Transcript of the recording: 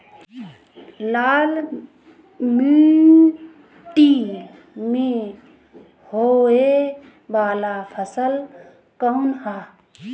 लाल मीट्टी में होए वाला फसल कउन ह?